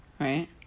right